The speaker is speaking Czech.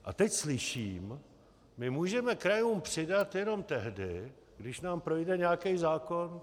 A teď slyším: my můžeme krajům přidat jenom tehdy, když nám projde nějaký zákon.